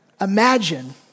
Imagine